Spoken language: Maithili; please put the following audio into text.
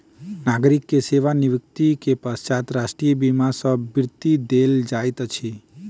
नागरिक के सेवा निवृत्ति के पश्चात राष्ट्रीय बीमा सॅ वृत्ति देल जाइत अछि